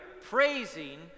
praising